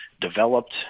developed